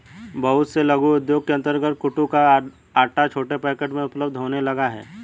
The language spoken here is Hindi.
बहुत से लघु उद्योगों के अंतर्गत कूटू का आटा छोटे पैकेट में उपलब्ध होने लगा है